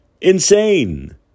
Insane